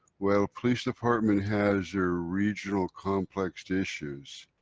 well police department has your regional complex issues,